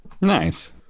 nice